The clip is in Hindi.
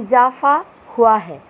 इजाफ़ा हुआ है